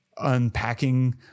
unpacking